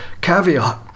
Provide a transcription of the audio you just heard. Caveat